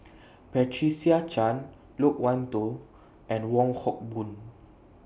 Patricia Chan Loke Wan Tho and Wong Hock Boon